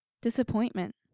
disappointment